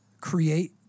create